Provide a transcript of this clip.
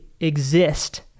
exist